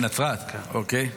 נָצְרַת, אוקיי.